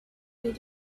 did